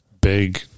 big